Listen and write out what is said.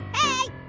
hey!